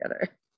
together